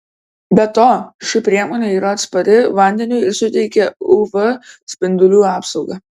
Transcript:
be to ši priemonė yra atspari vandeniui ir suteikia uv spindulių apsaugą